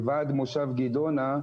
מושב גדעונה,